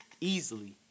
easily